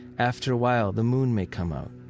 after a while, the moon may come out,